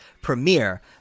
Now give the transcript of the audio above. premiere